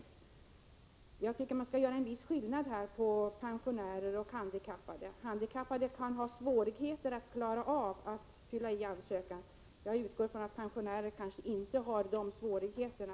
Jag tycker att man här skall göra en viss skillnad på pensionärer och handikappade. Handikappade kan ha svårt att fylla i en ansökan. Jag utgår från att pensionärer inte har de svårigheterna.